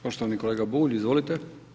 Poštovani kolega Bulj, izvolite.